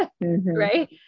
right